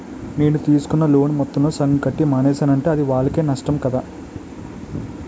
నేను తీసుకున్న లోను మొత్తంలో సగం కట్టి మానేసానంటే అది వాళ్ళకే నష్టం కదా